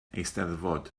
eisteddfod